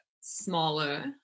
smaller